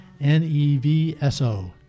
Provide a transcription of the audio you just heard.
N-E-V-S-O